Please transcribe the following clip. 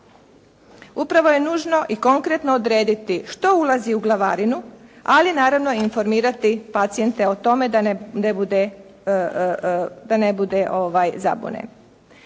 Upravo je nužno i konkretno odrediti što ulazi u glavarinu, ali naravno i informirati pacijente o tome da ne bude, da ne